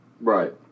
right